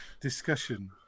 discussion